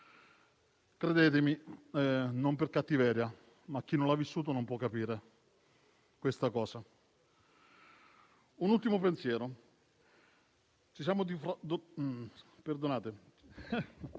Credetemi: non per cattiveria, ma chi non l'ha vissuta non può capire tutto questo. Un ultimo pensiero: ci siamo trovati